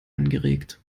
angeregt